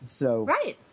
Right